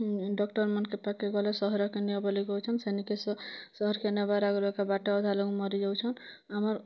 ଡକ୍ଟର୍ମାନଙ୍କର୍ ପାଖ୍କେ ଗଲେ ସହରକୁ ନିଅ ବୋଲି କହୁଛନ୍ ସେନ୍କେ ସହର୍କେ ନେବାର୍ ଆଗ୍ରୁ ଏକା ବାଟେ ଅଧା ଲୋକ୍ ମରି ଯାଉଛନ୍ ଆମର୍